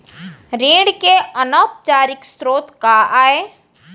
ऋण के अनौपचारिक स्रोत का आय?